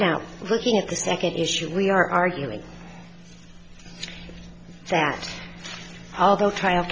now looking at the second issue we are arguing that our the trial